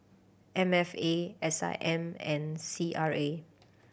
M F A S I M and C R A